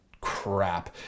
crap